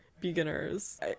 beginners